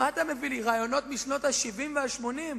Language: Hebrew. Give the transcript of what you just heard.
מה אתה מביא לי רעיונות משנות ה-70 וה-80?